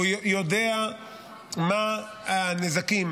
הוא יודע מה הנזקים